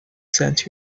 sent